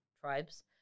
tribes